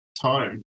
time